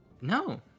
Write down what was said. No